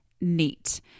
neat